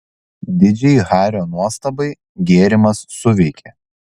didžiai hario nuostabai gėrimas suveikė